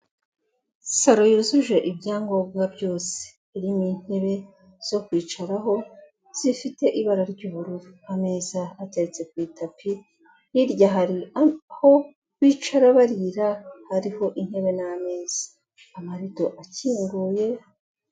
Saro yujuje ibyangombwa byose, irimo ntebe zo kwicaraho zifite ibara ry'ubururu, ameza ateretse ku itapi, hirya hari aho bicara barira hariho intebe n'ameza amarido akinguye.